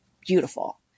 beautiful